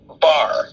bar